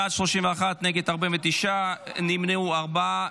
בעד, 31, נגד, 49, נמנעו, ארבעה.